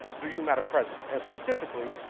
through you, madam president and specifically,